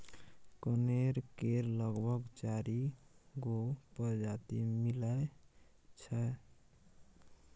कनेर केर लगभग चारि गो परजाती मिलै छै